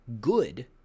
good